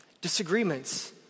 disagreements